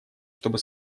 чтобы